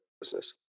business